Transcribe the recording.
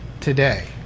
today